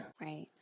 right